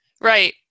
right